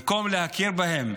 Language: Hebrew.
במקום להכיר בהם,